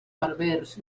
berbers